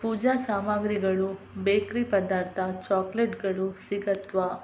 ಪೂಜಾ ಸಾಮಗ್ರಿಗಳು ಬೇಕ್ರಿ ಪದಾರ್ಥ ಚಾಕ್ಲೇಟ್ಗಳು ಸಿಗುತ್ವಾ